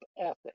ethics